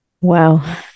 Wow